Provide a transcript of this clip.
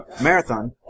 Marathon